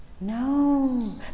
No